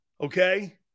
Okay